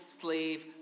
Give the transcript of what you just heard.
slave